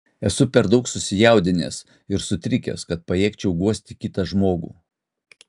esu per daug susijaudinęs ir sutrikęs kad pajėgčiau guosti kitą žmogų